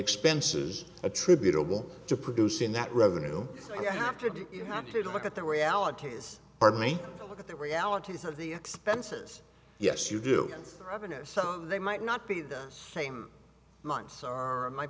expenses attributable to producing that revenue you have to do you have to look at the realities are many look at the realities of the expenses yes you do revenues they might not be the same months or might